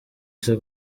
ese